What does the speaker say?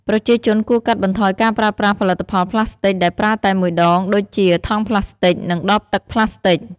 ប្រជាជនគួរកាត់បន្ថយការប្រើប្រាស់ផលិតផលប្លាស្ទិកដែលប្រើតែមួយដងដូចជា ថង់ប្លាស្ទិក និងដបទឹកប្លាស្ទិក។